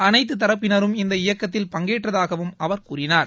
அனைத்து தரப்பினரும் இந்த இயக்கத்தில் பங்கேற்றதாகவும் அவர் கூறினார்